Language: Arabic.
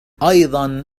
أيضا